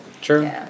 True